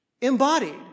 embodied